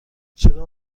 چرا